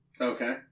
Okay